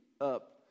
up